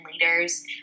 leaders